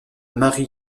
mary